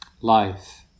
life